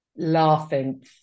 laughing